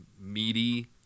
meaty